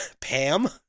Pam